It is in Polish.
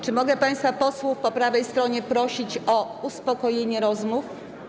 Czy mogę państwa posłów po prawej stronie prosić o uspokojenie rozmów?